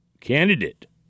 Candidate